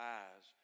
eyes